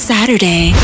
Saturday